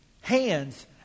hands